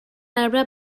arbre